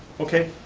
okay,